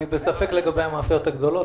אני בספק לגבי המאפיות הגדולות,